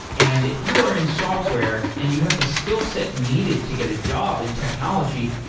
and if you are in software and you have the skill set needed to get a job in technology,